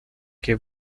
que